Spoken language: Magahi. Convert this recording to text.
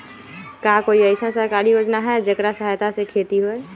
का कोई अईसन सरकारी योजना है जेकरा सहायता से खेती होय?